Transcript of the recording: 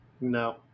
No